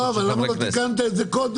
אבל למה לא תיקנת את זה קודם?